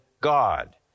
God